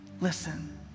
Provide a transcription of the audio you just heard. Listen